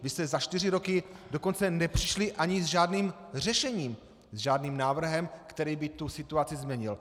Vy jste za čtyři roky dokonce nepřišli ani s žádným řešením, s žádným návrhem, který by situaci změnil.